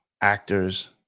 actors